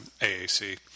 AAC